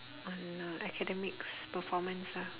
on uh academics performance ah